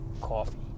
coffee